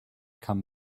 come